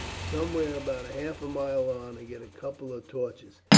somewhere about half a mile on, and get a couple of torches.